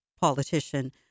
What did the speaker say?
politician